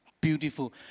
Beautiful